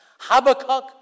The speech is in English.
Habakkuk